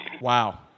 Wow